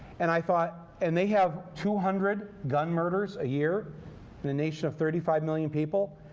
and i thought and they have two hundred gun murders a year in a nation of thirty five million people.